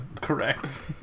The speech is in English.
Correct